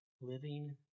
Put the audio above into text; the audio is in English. Living